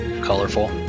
colorful